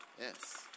Yes